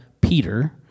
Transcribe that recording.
Peter